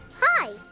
Hi